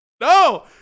No